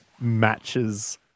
Matches